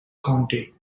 county